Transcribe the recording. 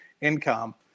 income